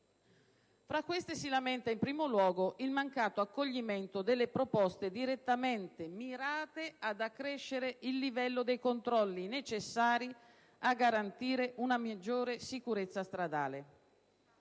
Tra queste si lamenta, in primo luogo, il mancato accoglimento delle proposte direttamente mirate ad accrescere il livello dei controlli necessari a garantire una maggiore sicurezza stradale.